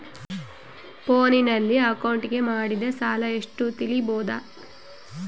ಫೋನಿನಲ್ಲಿ ಅಕೌಂಟಿಗೆ ಮಾಡಿದ ಸಾಲ ಎಷ್ಟು ತಿಳೇಬೋದ?